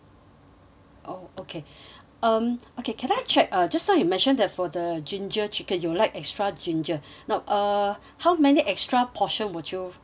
oh okay um okay can I check uh just now you mentioned that for the ginger chicken you'd like extra ginger now uh how many extra portion would you require